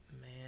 Man